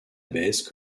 bèze